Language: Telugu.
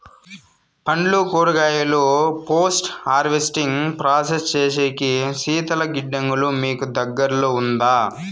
పండ్లు కూరగాయలు పోస్ట్ హార్వెస్టింగ్ ప్రాసెస్ సేసేకి శీతల గిడ్డంగులు మీకు దగ్గర్లో ఉందా?